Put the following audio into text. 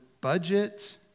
budget